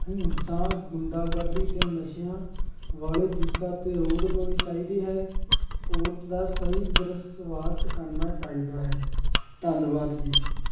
ਹਿੰਸਾ ਗੁੰਡਾਗਰਦੀ ਅਤੇ ਨਸ਼ਿਆਂ ਵਾਲੇ ਗੀਤਾਂ 'ਤੇ ਰੋਕ ਲਾਉਣੀ ਚਾਹੀਦੀ ਹੈ ਔਰਤ ਦਾ ਸਹੀ ਦ੍ਰਿਸਵਾਟ ਕਰਨਾ ਚਾਹੀਦਾ ਹੈ ਧੰਨਵਾਦ ਜੀ